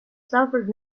suffered